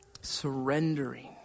surrendering